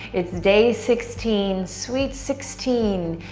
it's day sixteen, sweet sixteen.